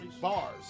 bars